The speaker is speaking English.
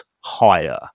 higher